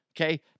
Okay